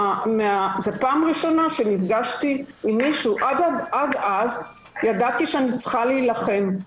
זו פעם ראשונה שנפגשתי עם מישהו עד אז ידעתי שאני צריכה להילחם,